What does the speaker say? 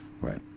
Right